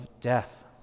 death